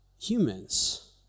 humans